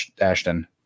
Ashton